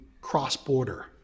cross-border